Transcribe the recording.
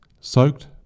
soaked